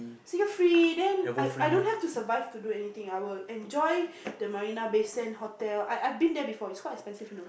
sick a free then I I don't have to survive to do anything I will enjoy the Marina Bay Sand hotel I've I've been there before it's quite expensive you know